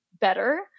better